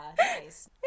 Nice